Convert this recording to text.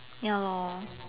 ya lor